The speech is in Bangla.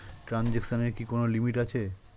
ট্রানজেকশনের কি কোন লিমিট আছে?